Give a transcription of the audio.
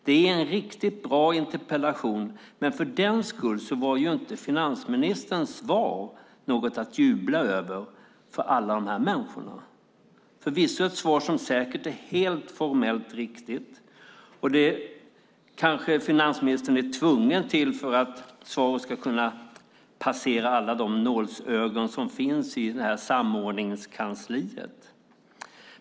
Det är en riktigt bra interpellation, men för den skull var inte finansministerns svar något att jubla över för alla de här människorna. Förvisso var det ett svar som säkert är helt formellt riktigt, och det kanske finansministern är tvungen till för att svaret ska kunna passera alla de nålsögon som finns i samordningskansliet.